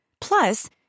Plus